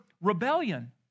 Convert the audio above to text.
rebellion